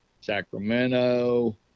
Sacramento